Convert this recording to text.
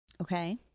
Okay